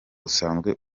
usanzwe